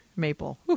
maple